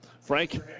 frank